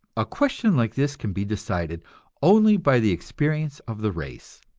a question like this can be decided only by the experience of the race.